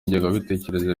ingengabitekerezo